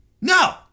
No